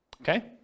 Okay